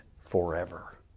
forever